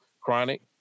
Chronic